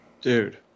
Dude